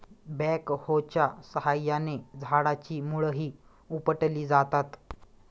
बॅकहोच्या साहाय्याने झाडाची मुळंही उपटली जातात